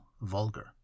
vulgar